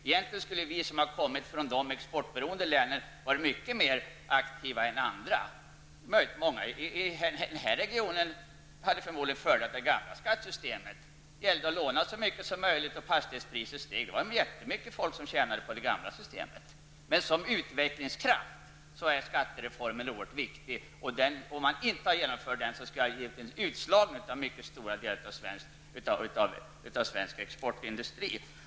Egentligen skulle vi som kommer från de exportberoende länen ha varit mycket mer aktiva än andra. Många i denna region skulle förmodligen ha föredragit det gamla skattesystemet, då det gällde att låna så mycket som möjligt och köpa fastigheter som sedan steg i värde. Det var väldigt många människor som tjänade på det gamla systemet. Men som utvecklingskraft är skattereformen oerhört viktig. Om man inte hade genomfört den skulle det ha skett en utslagning av mycket stora delar av svensk exportindustri.